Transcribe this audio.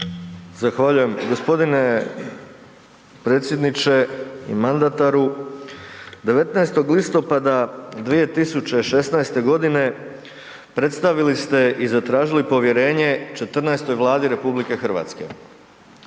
Zahvaljujem. g. Predsjedniče i mandataru, 19. listopada 2016.g. predstavili ste i zatražili povjerenje 14. Vladi RH.